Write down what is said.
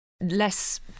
less